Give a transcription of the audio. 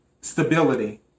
Stability